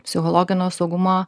psichologinio saugumo